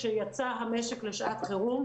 כשיצא המשק לשעת חירום,